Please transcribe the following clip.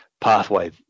pathway